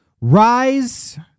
Rise